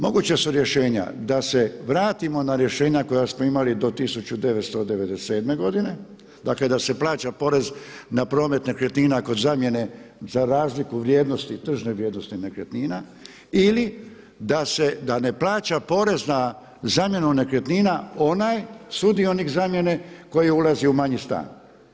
Moguća su rješenja da se vratimo na rješenja koja smo imali do 1997. godine, dakle da se plaća porez na promet nekretnina kod zamjene za razliku vrijednosti, tržne vrijednosti nekretnina ili da se, da ne plaća porez na zamjenu nekretnina onaj sudionik zamjene koji je ulazio u manji stan.